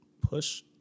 push